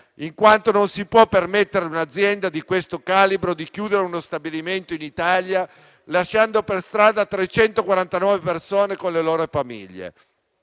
in quanto non si può permettere a un'azienda di questo calibro di chiudere uno stabilimento in Italia, lasciando per strada 349 persone con le loro famiglie.